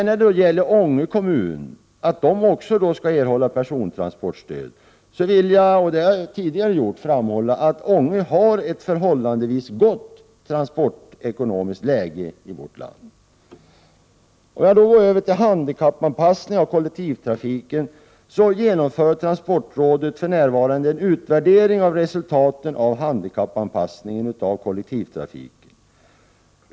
När det gäller förslaget att persontransportstöd borde utgå till Ånge kommun vill jag nu liksom tidigare framhålla att Ånge har ett förhållandevis gott transportekonomiskt läge i vårt land. Får jag så gå över till handikappanpassningen av kollektivtrafiken. Transportrådet genomför för närvarande en utvärdering av resultaten av handikappanpassningen av kollektivtrafiken.